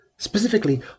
Specifically